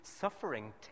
suffering